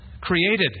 created